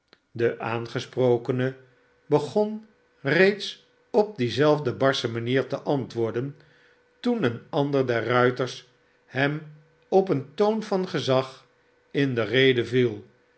de aangesprokene begon reeds op die zelfde barsche manier te antwoorden toen een ander der ruiters hem op een toon van gezag in de rede viel